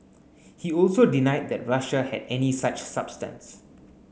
he also denied that Russia had any such substance